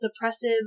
depressive